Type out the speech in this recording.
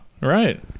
Right